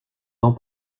dans